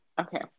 okay